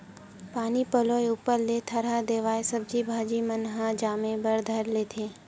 पानी पलोय ऊपर ले थरहा देवाय सब्जी भाजी मन ह जामे बर धर लेथे